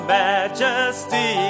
majesty